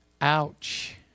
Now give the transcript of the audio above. Ouch